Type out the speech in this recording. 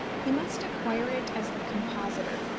he must acquire it as the compositor,